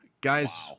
Guys